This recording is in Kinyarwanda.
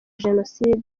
jenoside